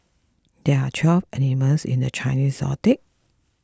there are twelve animals in the Chinese zodiac